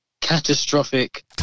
catastrophic